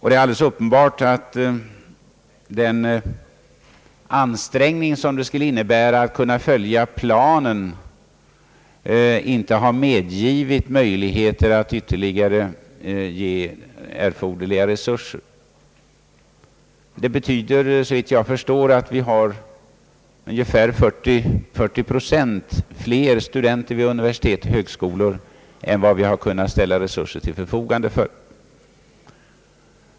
Det är uppenbart att den ansträngning som det skulle innebära att kunna följa planen inte har medgivit möjligheter att ytterligare ge erforderliga resurser. Det betyder såvitt jag förstår att vi har ungefär 40 procent fler studenter vid universitet och högskolor än vad vi har kunnat ställa resurser till förfogande för.